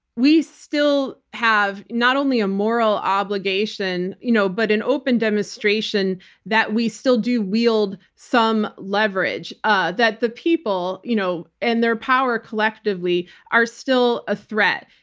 we still have not only a moral obligation, you know but an open demonstration that we still do wield some leverage ah that the people you know and their power collectively are still a threat.